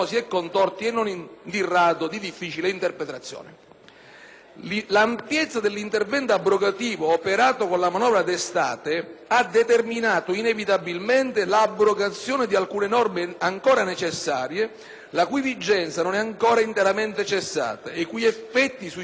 L'ampiezza dell'intervento abrogativo operata con la manovra d'estate ha determinato, inevitabilmente, l'abrogazione di alcune norme ancora necessarie, la cui vigenza non è ancora interamente cessata ed i cui effetti sui cittadini meritavano forse una più approfondita valutazione.